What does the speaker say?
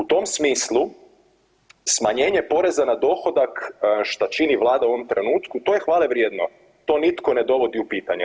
U tom smislu smanjenje poreza na dohodak šta čini vlada u ovom trenutku to je hvale vrijedno, to nitko ne dovodi u pitanje.